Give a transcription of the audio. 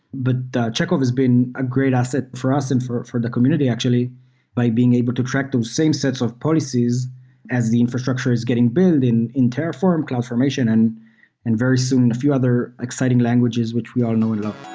but chekov has been a great asset for us and for for the community actually by being able to track those same sets of policies as the infrastructure is getting build in in terraform, cloudformation, and and very soon, a few other exciting languages, which we all know and love.